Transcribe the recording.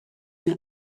mir